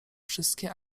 wszystkie